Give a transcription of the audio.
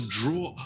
draw